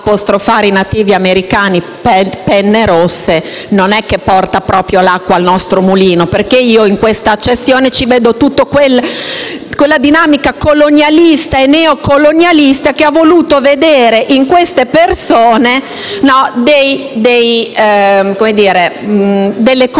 i nativi americani come «penne rosse» non porta proprio l'acqua al nostro mulino, perché in questa accezione ci vedo tutta la dinamica colonialista e neocolonialista che ha voluto vedere in quelle persone delle comunità